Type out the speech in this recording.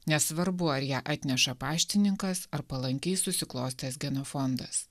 nesvarbu ar ją atneša paštininkas ar palankiai susiklostęs genofondas